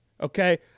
okay